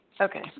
Okay